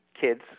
kids